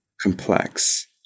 complex